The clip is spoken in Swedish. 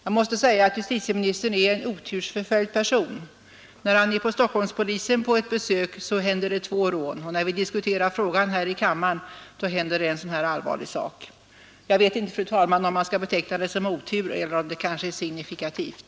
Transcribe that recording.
Jag måste säga att justitieministern är en otursförföljd person. När han är på besök hos Stockholmspolisen händer två rån, och när vi diskuterar frågan här i kammaren inträffar en sådan här allvarlig sak. Jag vet inte, fru talman, om man skall beteckna det som otur eller om det kanske är signifikativt.